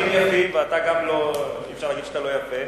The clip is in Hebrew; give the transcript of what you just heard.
הפרחים יפים, ואתה, אי-אפשר להגיד שאתה לא יפה,